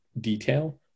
detail